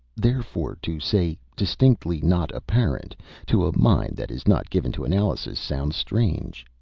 therefore to say distinctly not apparent to a mind that is not given to analysis sounds strange.